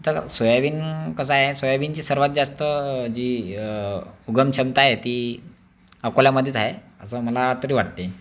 तर सोयाबीन कसं हाय सोयाबीनची सर्वात जास्त जी वनक्षमता आहे ती अकोल्यामध्येच आहे असं मला तरी वाटतं आहे